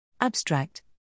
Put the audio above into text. Abstract